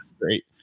great